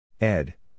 Ed